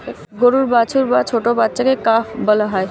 গরুর বাছুর বা ছোট্ট বাচ্ছাকে কাফ বলা হয়